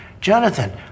Jonathan